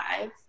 five